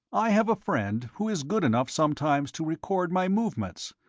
i have a friend who is good enough sometimes to record my movements.